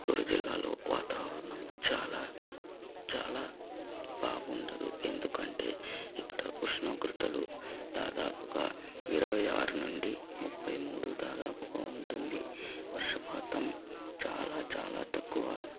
చిత్తూరు జిల్లాలో వాతావరణం చాలా చాలా బాగుండదు ఎందుకంటే ఇక్కడ ఉష్ణోగ్రతలు దాదాపుగా ఇరవై ఆరు నుండి ముప్పై మూడు దాదాపుగా ఉంటుంది వర్షపాతం చాలా చాలా తక్కువ